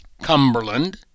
Cumberland